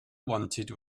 wanted